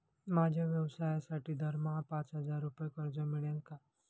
माझ्या व्यवसायासाठी दरमहा पाच हजार रुपये कर्ज मिळेल का?